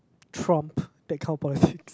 trump that kind of politics